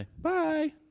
Bye